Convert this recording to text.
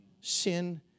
Sin